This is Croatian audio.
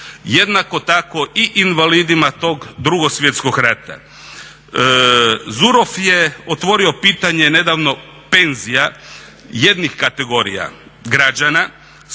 Jednako tako i invalidima tog Drugo svjetskog rata. Zuroff je otvorio pitanje nedavno penzija jednih kategorija građana